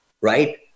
right